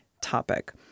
topic